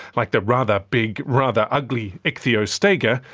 like the rather big, rather ugly ichthyostega,